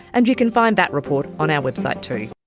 and you can find that report on our website too